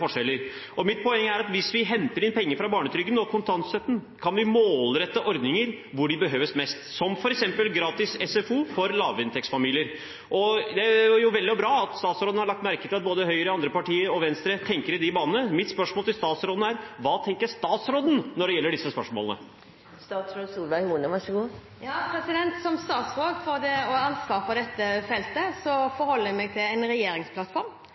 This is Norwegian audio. forskjeller. Mitt poeng er at hvis vi henter inn penger fra barnetrygden og kontantstøtten, kan vi målrette ordninger dit de behøves mest, som f.eks. gratis SFO for barn i lavinntektsfamilier. Det er vel og bra at statsråden har lagt merke til at både Høyre og andre partier, også Venstre, tenker i de banene, men mitt spørsmål til statsråden er: Hva tenker statsråden når det gjelder disse spørsmålene? Som statsråd med ansvar for dette feltet forholder jeg meg til en regjeringsplattform og